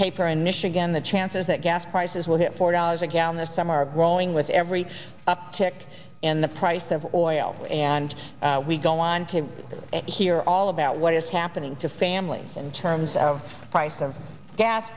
paper in michigan the chances that gas prices will hit four dollars a gallon this summer growing with every uptick in the price of oil and we go on to hear all about what is happening to families in terms of price